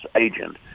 agent